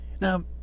Now